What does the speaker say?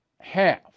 half